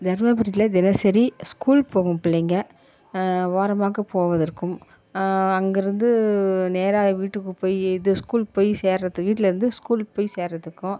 தர்மபுரியில் தினசரி ஸ்கூல் போகும் பிள்ளைங்கள் ஓரமாக போவதற்கும் அங்கே இருந்து நேராக வீட்டுக்கு போய் இது ஸ்கூல் போய் சேர்வதுக்கு வீட்டில் இருந்து ஸ்கூல்லுக்கு போய் சேர்வதுக்கும்